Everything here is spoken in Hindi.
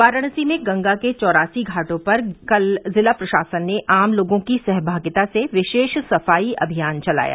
वाराणसी में गंगा के चौरासी घाटों पर कल जिला प्रशासन ने आम लोगों की सहभागिता से विशेष सफाई अभियान चलाया